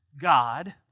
God